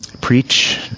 preach